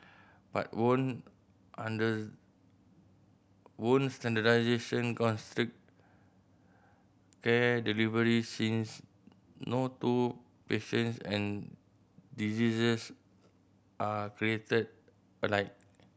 but won't under won't standardisation constrict care delivery since no two patients and diseases are created alike